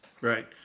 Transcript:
Right